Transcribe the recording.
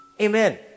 Amen